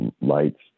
lights